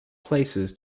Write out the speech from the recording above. places